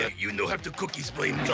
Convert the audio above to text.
and you know have to cookie-splain